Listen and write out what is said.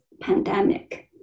pandemic